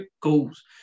goals